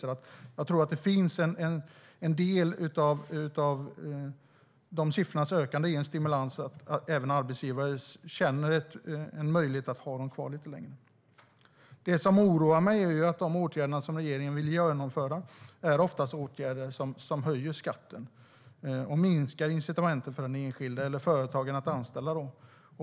De ökande siffrorna visar att arbetsgivare känner att de har en möjlighet att ha dem kvar lite längre. Det som oroar mig är att de åtgärder som regeringen vill genomföra oftast är åtgärder som höjer skatten och minskar incitamentet för den enskilde att fortsätta arbeta eller för företagaren att anställa dem.